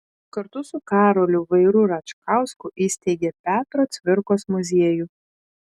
kartu su karoliu vairu račkausku įsteigė petro cvirkos muziejų